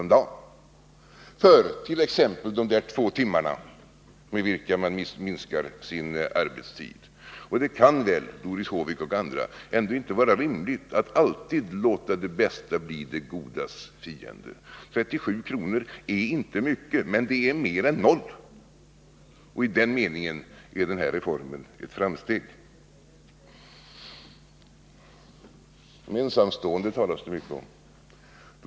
om dagen för t.ex. en minskning av arbetstiden med 2 timmar om dagen. Det kan väl, Doris Håvik, inte alltid vara rimligt att låta det bästa bli det godas fiende. 37 kr. är inte mycket, men det är mer än 0, och i den meningen är denna reform ett framsteg. Det talas här mycket om ensamstående.